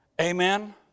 Amen